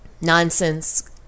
nonsense